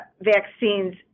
vaccines